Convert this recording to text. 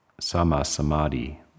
sama-samadhi